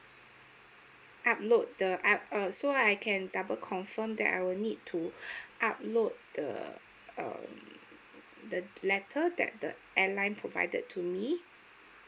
upload the I so I can double confirm that I will need to upload the um the letter that the airline provided to me